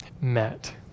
met